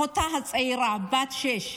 ידידיה, אחותה הצעירה בת השש,